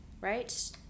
Right